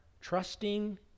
trusting